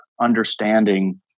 understanding